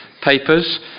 papers